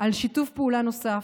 גם על שיתוף פעולה נוסף,